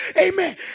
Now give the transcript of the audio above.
Amen